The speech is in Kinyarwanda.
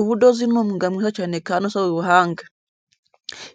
Ubudozi ni umwuga mwiza cyane kandi usaba ubuhanga.